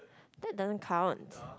that doesn't count